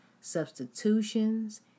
substitutions